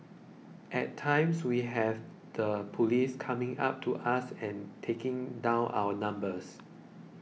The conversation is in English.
at times we have the police coming up to us and taking down our numbers